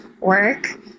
work